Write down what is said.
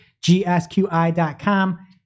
GSQI.com